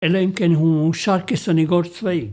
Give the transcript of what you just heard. ‫אלא אם כן הוא אושר כסנגור צבאי